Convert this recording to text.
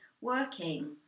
working